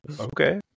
Okay